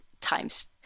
times